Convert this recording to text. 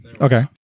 Okay